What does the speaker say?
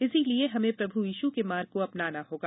इसलिए हमें प्रभू यीश के मार्ग को अपनाना होगा